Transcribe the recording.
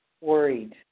worried